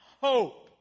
hope